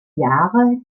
jahre